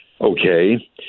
Okay